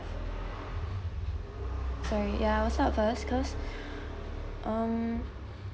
sorry ya I'll start first cause um